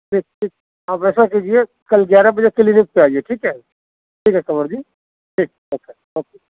ٹھیک ٹھیک آپ ایسا کیجیے کل گیارہ بجے کلینک پہ آئیے ٹھیک ہے ٹھیک ہے قمر جی ٹھیک اچھا اوکے